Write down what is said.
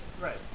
Right